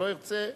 לא ירצה,